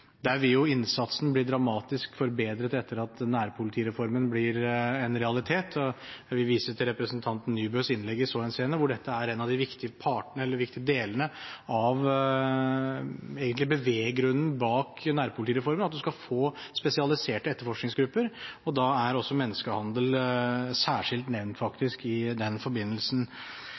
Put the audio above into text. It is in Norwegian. Der vil jo innsatsen bli dramatisk forbedret når nærpolitireformen blir en realitet. Jeg vil vise til representanten Nybøs innlegg i så henseende, der hun er inne på at en av de viktige delene av beveggrunnen bak nærpolitireformen er at man skal få spesialiserte etterforskningsgrupper. Menneskehandel er særskilt nevnt